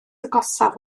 agosaf